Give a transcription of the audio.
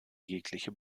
jegliche